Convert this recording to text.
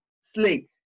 slate